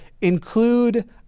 include